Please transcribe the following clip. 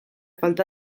falta